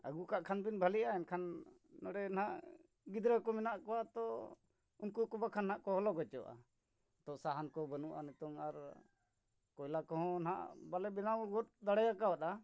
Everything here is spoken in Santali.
ᱟᱹᱜᱩ ᱠᱟᱜ ᱠᱷᱟᱱ ᱵᱤᱱ ᱵᱷᱟᱞᱤᱜᱼᱟ ᱮᱱᱠᱷᱟᱱ ᱱᱚᱰᱮ ᱱᱟᱜ ᱜᱤᱫᱽᱨᱟᱹ ᱠᱚ ᱢᱮᱱᱟᱜ ᱠᱚᱣᱟ ᱛᱚ ᱩᱱᱠᱩ ᱠᱚ ᱵᱟᱠᱷᱟᱱ ᱱᱟᱜ ᱠᱚ ᱦᱚᱞᱚᱜᱚᱪᱚᱜᱼᱟ ᱛᱚ ᱥᱟᱦᱟᱱ ᱠᱚ ᱵᱟᱹᱱᱩᱜᱼᱟ ᱱᱤᱛᱳᱝ ᱟᱨ ᱠᱚᱭᱞᱟ ᱠᱚᱦᱚᱸ ᱱᱟᱜ ᱵᱟᱞᱮ ᱵᱮᱱᱟᱣ ᱜᱚᱫ ᱫᱟᱲᱮᱣ ᱠᱟᱣᱫᱟ